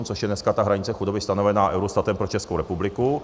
Což je dneska ta hranice chudoby stanovená Eurostatem pro Českou republiku.